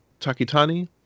Takitani